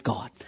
God